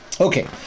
Okay